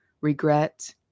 regret